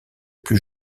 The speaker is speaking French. plus